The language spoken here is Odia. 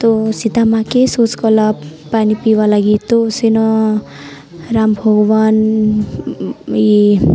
ତୋ ସୀତାମା'କେ ଶୋଷ୍ କଲା ପାଣି ପିଇବା ଲାଗି ତୋ ସେନ ରାମ ଭଗବନ ଇ